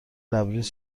لبریز